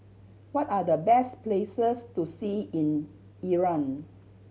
what are the best places to see in Iran